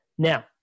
Now